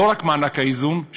לא רק מענק האיזון,